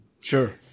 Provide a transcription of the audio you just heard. Sure